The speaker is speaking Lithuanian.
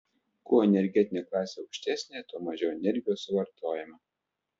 kuo energetinė klasė aukštesnė tuo mažiau energijos suvartojama